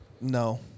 No